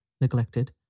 neglected